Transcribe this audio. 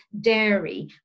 dairy